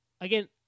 again